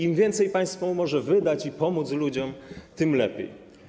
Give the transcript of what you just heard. Im więcej państwo może wydać i pomóc ludziom, tym lepiej.